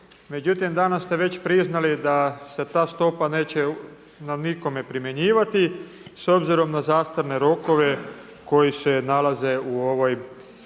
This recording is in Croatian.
međutim danas ste već priznali da se ta stopa neće na nikome primjenjivati s obzirom na zastarne rokove koji se nalaze u ovom